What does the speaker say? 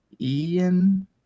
ian